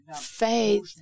faith